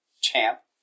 Champ